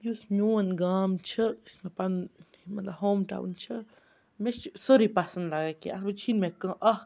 یُس میون گام چھُ یُس مےٚ پَنُن مطلب ہوم ٹاوُن چھِ مےٚ چھِ سٲرٕے پَسنٛد لگان کہِ اَتھ منٛز چھِنہٕ مےٚ کانٛہہ اَکھ